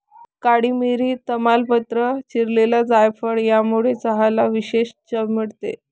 काळी मिरी, तमालपत्र, चिरलेली जायफळ यामुळे चहाला विशेष चव मिळते